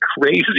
crazy